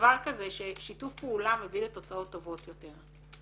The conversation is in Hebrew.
דבר כזה ששיתוף פעולה מביא לתוצאות טובות יותר.